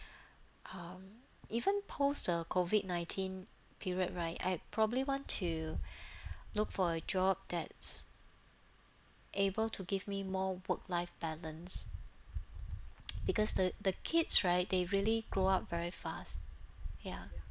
um even post uh COVID-nineteen period right I'd probably want to look for a job that's able to give me more work life balance because the the kids right they really grow up very fast ya